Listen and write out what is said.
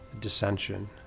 dissension